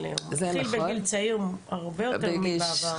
אבל הוא מתחיל בגיל צעיר הרבה יותר מאשר בעבר.